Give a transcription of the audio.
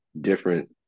different